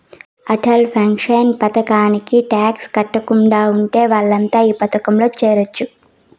Atal pension పథకానికి tax కట్టకుండా ఉండే వాళ్లంతా ఈ పథకంలో చేరొచ్చు